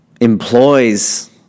employs